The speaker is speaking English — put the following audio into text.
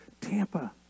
Tampa